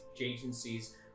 agencies